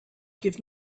give